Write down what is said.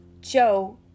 Joe